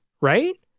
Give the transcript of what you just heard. Right